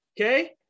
okay